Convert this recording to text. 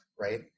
right